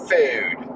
food